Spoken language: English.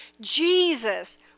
Jesus